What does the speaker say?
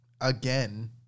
again